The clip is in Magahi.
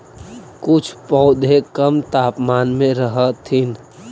कुछ पौधे कम तापमान में रहथिन